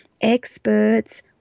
experts